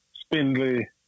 spindly